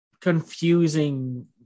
confusing